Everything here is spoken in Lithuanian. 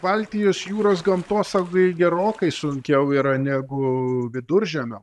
baltijos jūros gamtosaugai gerokai sunkiau yra negu viduržemio